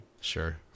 Sure